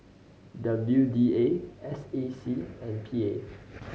W D A S A C and P A